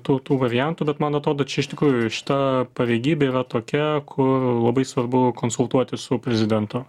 tų tų variantų bet man atrodo čia iš tikrųjų šita pareigybė yra tokia kur labai svarbu konsultuotis su prezidentu